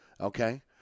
okay